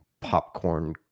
popcorn